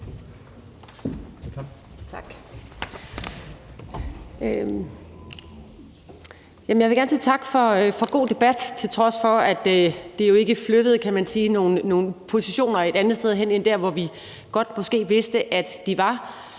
Tak. Jeg vil gerne sige tak for en god debat, til trods for at det jo ikke flyttede nogen positioner et andet sted hen end der, hvor vi måske godt vidste at de var.